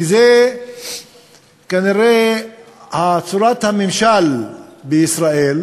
כי זו כנראה צורת הממשל בישראל,